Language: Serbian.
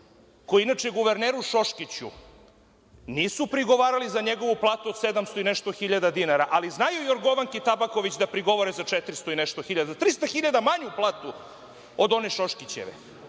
koji inače guverneru Šoškiću nisu prigovarali za njegovu platu od 700 i nešto hiljada dinara, ali znaju Jorgovanki Tabaković da prigovore za 400 i nešto hiljada, tj. 300 hiljada manju platu od one Šoškićeve.